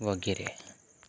વગેરે